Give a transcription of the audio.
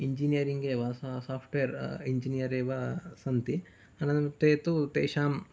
engineering एव software engineer एव सन्ति ते तु तेषां